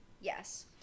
yes